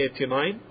89